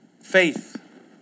Faith